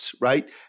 Right